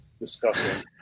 discussing